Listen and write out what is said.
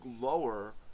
lower